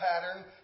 pattern